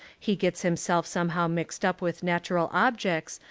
he gets himself somehow mixed up with natural objects,